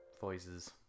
voices